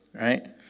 right